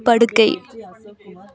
படுக்கை